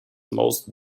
most